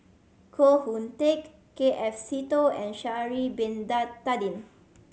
Koh Hoon Teck K F Seetoh and Sha'ari Bin Tadin